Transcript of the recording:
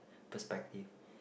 perspective